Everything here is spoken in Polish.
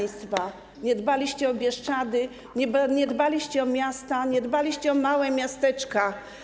Nie dbaliście o Bieszczady, nie dbaliście o miasta, nie dbaliście o małe miasteczka.